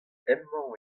hemañ